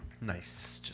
nice